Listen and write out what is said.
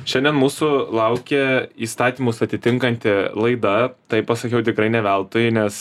šiandien mūsų laukia įstatymus atitinkanti laida tai pasakiau tikrai ne veltui nes